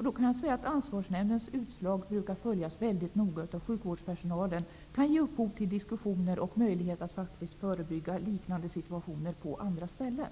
om. Jag kan informera om att Ansvarsnämndens utslag följs väldigt noga av sjukvårdspersonalen. Utslagen kan ge upphov till diskussioner, och det finns möjligheter att förebygga liknande situationer på andra ställen.